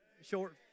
short